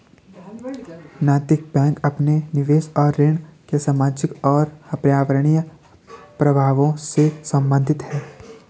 नैतिक बैंक अपने निवेश और ऋण के सामाजिक और पर्यावरणीय प्रभावों से संबंधित है